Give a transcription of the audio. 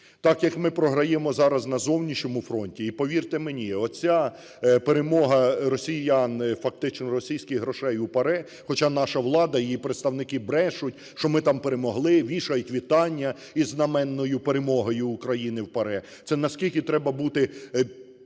так, як ми програємо зараз на зовнішньому фронті. І повірте мені, оця перемога росіян, фактично російських грошей у ПАРЄ, хоча наша влада, її представники брешуть, що ми там перемогли, вішають вітання із знаменною перемогою України в ПАРЄ. Це наскільки треба бути